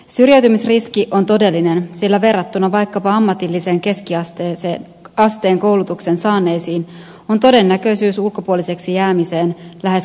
syrjäytymisriski on todellinen sillä verrattuna vaikkapa ammatillisen keskiasteen koulutuksen saaneisiin on todennäköisyys ulkopuoliseksi jäämiseen lähes kolminkertainen